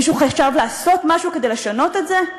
מישהו חשב לעשות משהו כדי לשנות את זה?